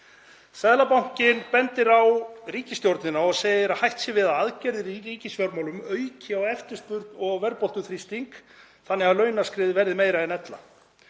Seðlabankinn bendir á ríkisstjórnina og segir að hætt sé við að aðgerðir í ríkisfjármálum auki á eftirspurn og verðbólguþrýsting þannig að launaskrið verði meira en ella.